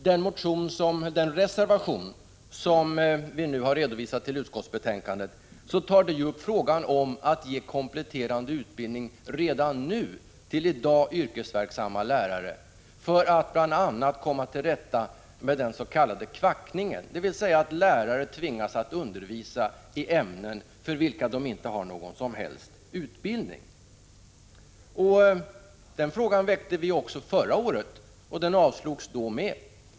Den reservation som vi nu har fogat till utskottsbetänkandet tar upp frågan om att ge kompletterande utbildning redan nu till i dag yrkesverksamma lärare för att bl.a. komma till rätta med den s.k. kvackningen, dvs. att lärare tvingas att undervisa i ämnen för vilka de inte har någon som helst utbildning. Denna fråga tog vi även upp förra året då den avvisades.